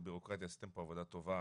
בירוקרטיה, עשיתם פה עבודה טובה.